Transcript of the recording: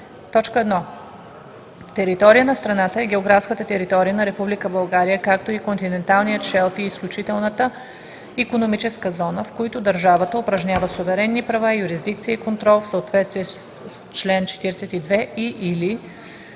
така: „1. „Територия на страната“ е географската територия на Република България, както и континенталният шелф и изключителната икономическа зона, в които държавата упражнява суверенни права, юрисдикция и контрол в съответствие с чл. 42 и/или